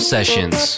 Sessions